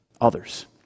others